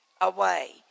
away